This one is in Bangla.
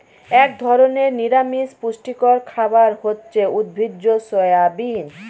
এক ধরনের নিরামিষ পুষ্টিকর খাবার হচ্ছে উদ্ভিজ্জ সয়াবিন